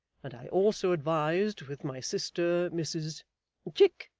and i also advised with my sister, mrs chick,